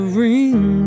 ring